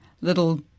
little